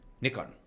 nikon